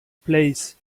place